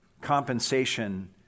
compensation